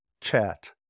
chat